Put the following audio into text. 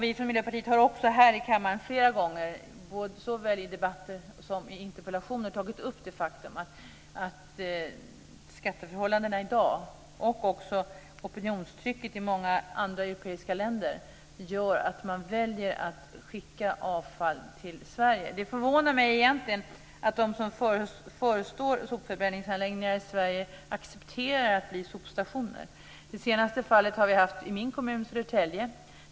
Vi i Miljöpartiet har också här i kammaren flera gånger, såväl i debatter som i interpellationer, tagit upp det faktum att skatteförhållandena i dag, och också opinionstrycket i många andra europeiska länder, gör att man väljer att skicka avfall till Sverige. Egentligen förvånar det mig att de som förestår sopförbränningsanläggningar i Sverige accepterar att bli sopstationer. De senaste fallet har vi haft i min kommun Södertälje.